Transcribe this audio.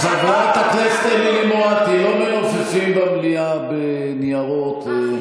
כל אלה שיושבים ועושים יהדות זאת הסתה.